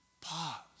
Pause